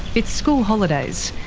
it's school holidays.